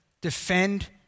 defend